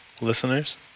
listeners